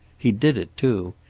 he did it, too.